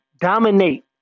Dominate